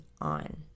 on